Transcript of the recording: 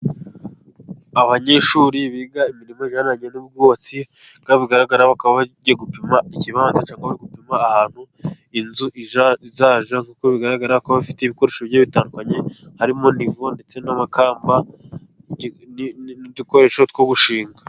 Abanyeshuri biga imirimo ijyaniranye n'ubwubatsi. Bigaragara ko bagiye gupima ikibanza cyangwa bari gupima ahantu inzu izajya, nk'uko bigaragara ko bafite ibikoresho bitandukanye harimo nivo ndetse n'amakamba n'udukoresho two gushinga.